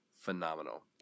phenomenal